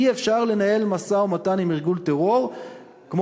אי-אפשר לנהל משא-ומתן עם ארגון טרור כמו